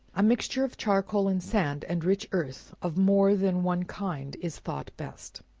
a mixture of charcoal and sand, and rich earth of more than one kind is thought best.